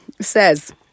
says